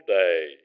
day